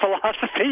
philosophy